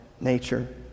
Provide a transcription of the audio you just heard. nature